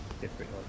different